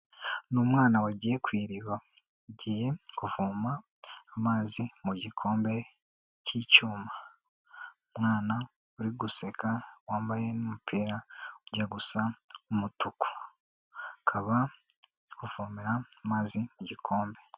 Ni umwanawana wagiye ku iriba agiye kuvoma amazi mu gikombe cy'icyuma, umwana uri guseka wambaye n'umupira ujya gusa umutuku, akaba ari kuvomera amazi mu gikombe.